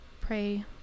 pray